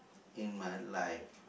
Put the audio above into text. in my life